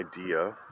idea